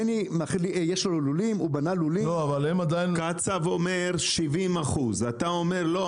מני בנה לולים -- קצב אומר 70%. אתה אומר: "לא,